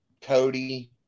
Cody